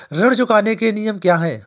ऋण चुकाने के नियम क्या हैं?